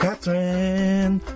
Catherine